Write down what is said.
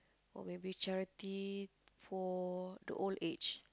or maybe charity for the old aged